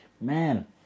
Man